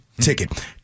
ticket